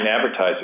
advertisers